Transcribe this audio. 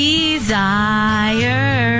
Desire